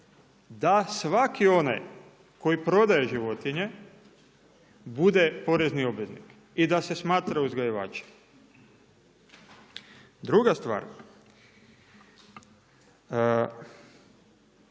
da svaki onaj koji prodaje životinje bude porezni obveznik i da se smatra uzgajivačem. Druga stvar,